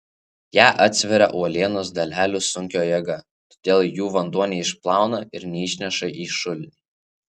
ją atsveria uolienos dalelių sunkio jėga todėl jų vanduo neišplauna ir neišneša į šulinį